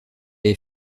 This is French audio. est